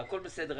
הכל בסדר,